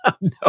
No